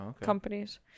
companies